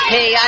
Hey